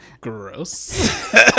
Gross